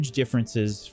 differences